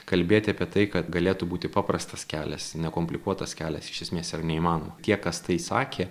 kalbėti apie tai kad galėtų būti paprastas kelias nekomplikuotas kelias iš esmės yra neįmanoma tie kas tai sakė